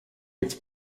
its